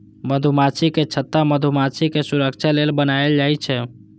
मधुमाछीक छत्ता मधुमाछीक सुरक्षा लेल बनाएल जाइ छै